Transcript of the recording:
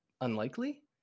unlikely